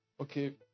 Okay